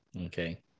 Okay